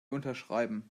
unterschreiben